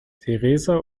theresa